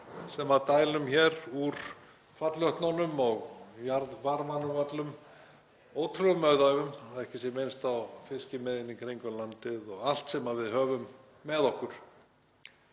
sem dælum hér úr fallvötnunum og jarðvarmanum öllum ótrúlegum auðæfum, að ekki sé minnst á fiskimiðin í kringum landið og allt sem við höfum með okkur.